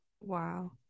Wow